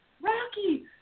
Rocky